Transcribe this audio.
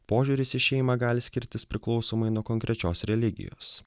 požiūris į šeimą gali skirtis priklausomai nuo konkrečios religijos